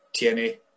TNA